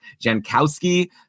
jankowski